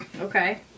Okay